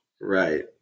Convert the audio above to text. right